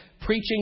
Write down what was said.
preaching